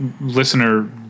listener